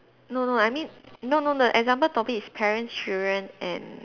no no I mean no no no example topic is parents children and